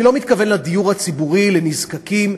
אני לא מתכוון לדיור הציבורי לנזקקים,